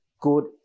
good